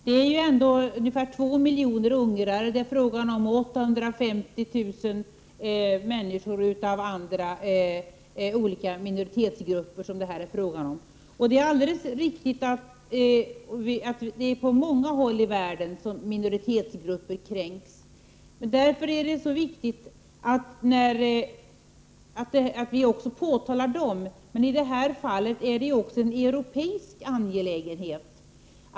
Det rör sig ju om ungefär 2 miljoner ungrare och 850 000 människor tillhörande andra minoritetsgrupper. Det är en alldeles riktig beskrivning när det sägs att minoritetsgrupper kränks på många håll i världen, och det är viktigt att vi påtalar även dessa kränkningar. Men i detta fall handlar det också om en europeisk angelägenhet.